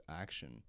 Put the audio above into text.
action